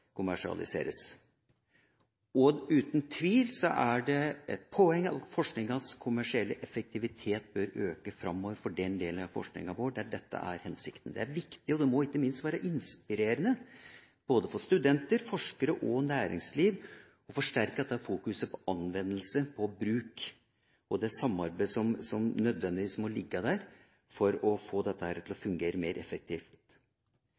kommersialiseres, bør og skal kommersialiseres. Uten tvil er det et poeng at forskningas kommersielle effektivitet bør øke framover for den delen av forskninga vår der dette er hensikten. Det er viktig, og det må ikke minst være inspirerende for studenter, forskere og næringsliv å forsterke dette fokuset på anvendelse og bruk og det samarbeidet som nødvendigvis må ligge der for å få dette til å